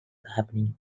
happening